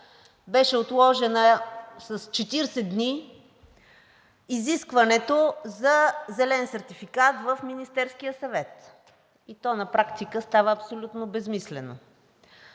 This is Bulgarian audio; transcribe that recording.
беше отложено с 40 дни изискването за зелен сертификат в Министерския съвет и на практика става абсолютно безсмислено.